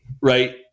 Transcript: right